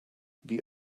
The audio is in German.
wie